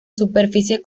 superficie